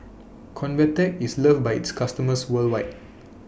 Convatec IS loved By its customers worldwide